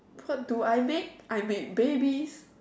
what do I make I make babies